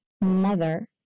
mother